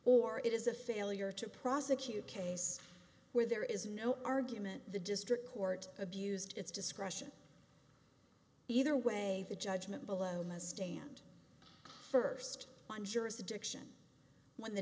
or it is a failure to prosecute a case where there is no argument the district court abused its discretion either way the judgment below must stand first on jurisdiction when the